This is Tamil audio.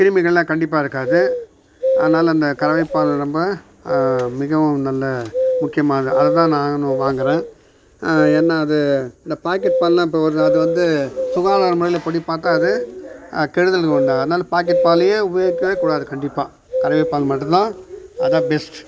கிருமிகளெலாம் கண்டிப்பாக இருக்காது அதனாலே அந்த கறவை பால் ரொம்ப மிகவும் நல்ல முக்கியமானது அதைதான் நானும் வாங்குகிறேன் ஏன்னால் அது இந்த பாக்கெட் பாலெலாம் இப்போ வருது அது வந்து சுகாதார முறையில்ப்படி பார்த்தா அது கெடுதல் உண்டாகும் அதனால பாக்கெட் பாலையே உபயோகிக்கவே கூடாது கண்டிப்பாக கறவை பால் மட்டும்தான் அதுதான் பெஸ்ட்